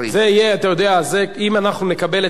אם אנחנו נקבל את הצעת המזכירה,